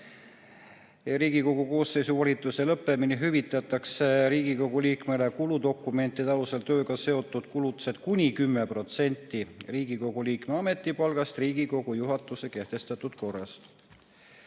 Riigikogu koosseisu volituste lõppemiseni hüvitatakse Riigikogu liikmele kuludokumentide alusel tööga seotud kulutused kuni 10% Riigikogu liikme ametipalgast Riigikogu juhatuse kehtestatud korras.